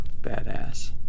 Badass